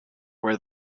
where